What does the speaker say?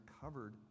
covered